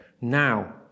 now